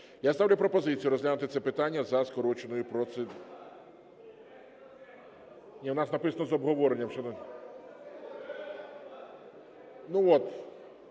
Я ставлю пропозицію розглянути це питання за скороченою процедурою. Ні, в нас написано – з обговоренням,